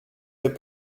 fait